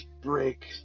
break